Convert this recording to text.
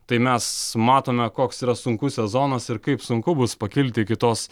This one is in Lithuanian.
tai mes matome koks yra sunkus sezonas ir kaip sunku bus pakilti iki tos